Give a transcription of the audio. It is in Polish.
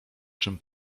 czym